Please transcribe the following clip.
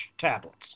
tablets